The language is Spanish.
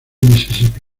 misisipi